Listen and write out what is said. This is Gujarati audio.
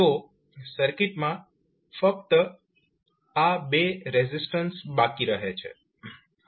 તો સર્કિટમાં ફક્ત આ બે રેઝિસ્ટન્સ બાકી રહે છે